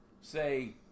say